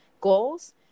goals